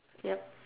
yup